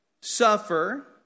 suffer